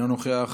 אינו נוכח,